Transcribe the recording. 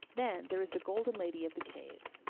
then there is the golden lady of the cave.